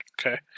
Okay